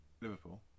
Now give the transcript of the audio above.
Liverpool